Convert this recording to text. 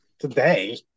today